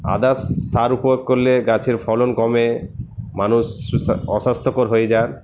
others সার প্রয়োগ করলে গাছের ফলন কমে মানুষ সুস্বাস্থ্য অস্বাস্থ্যকর হয়ে যান